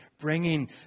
bringing